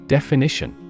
Definition